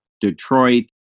Detroit